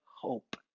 hope